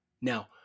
Now